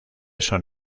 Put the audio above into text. son